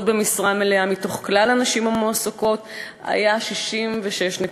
במשרה מלאה מכלל הנשים המועסקות היה 66.4%,